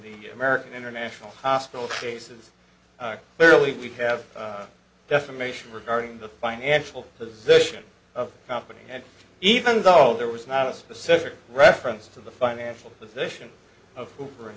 the american international hospital cases clearly we have defamation regarding the financial position of company and even though there was not a specific reference to the financial position of cooper